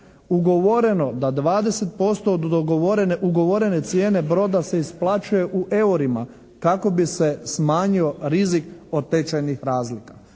ugovoreno da 20% od dogovorene ugovorene cijene broda se isplaćuje u eurima, kako bi se smanjio rizik od tečajnih razlika.